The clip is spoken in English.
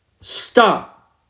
Stop